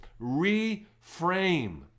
Reframe